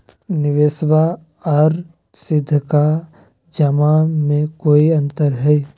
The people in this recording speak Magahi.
निबेसबा आर सीधका जमा मे कोइ अंतर हय?